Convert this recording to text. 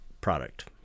product